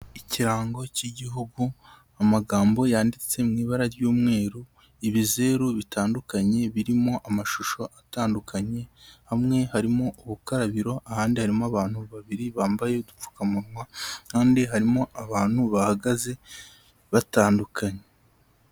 Ikirango cy'igihugu, amagambo yanditse mu ibara ry'umweru, ibizeru bitandukanye birimo amashusho atandukanye, hamwe harimo ubukarabiro, ahandi harimo abantu babiri bambaye udupfukamunwa, ahandi harimo abantu bahagaze batandukanye.